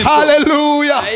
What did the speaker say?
Hallelujah